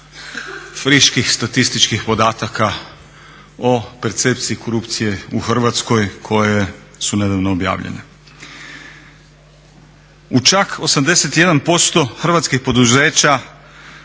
friških statističkih podataka o percepciji korupcije u Hrvatskoj koje su nedavno objavljene. U čak 81% hrvatskih poduzeća